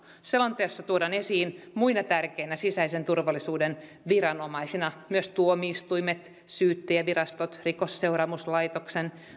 selonteossa tuodaan esiin muina tärkeinä sisäisen turvallisuuden viranomaisina myös tuomioistuimet syyttäjänvirastot rikosseuraamuslaitos